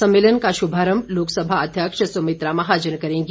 सम्मेलन का शुभारम्म लोकसभा अध्यक्ष सुमित्रा महाजन करेंगी